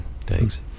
thanks